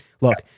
look